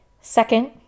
Second